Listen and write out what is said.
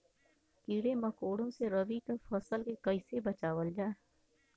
कीड़ों मकोड़ों से रबी की फसल के कइसे बचावल जा?